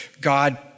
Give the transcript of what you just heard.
God